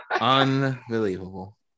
Unbelievable